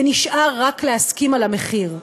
ונשאר רק להסכים על המחיר.